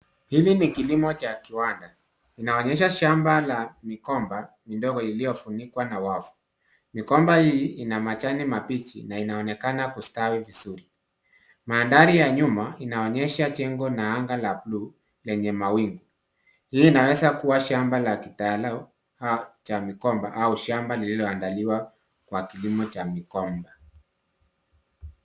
Hili ni kilimo cha kiwanda, inaonyesha shamba la migomba midogo iliyofunikwa na wavu. Migomba hii ina majani mabichi na inaonekana kustawi vizuri. Mandhari ya nyuma inaonyesha jengo na anga la bluu lenye mawingu. Hii inaweza kuwa shamba ya kitalau au cha migomba au shamba lililoandaliwa kwa kilimo cha migomba.